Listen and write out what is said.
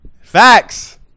Facts